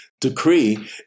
decree